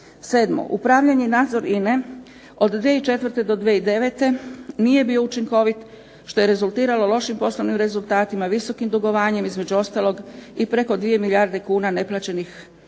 7. upravljanje i nadzor INA-e od 2004. do 2009. nije bio učinkovit što je rezultiralo lošim poslovnim rezultatima, visokom dugovanjem, između ostalog i preko 2 milijarde kuna neplaćenih obveza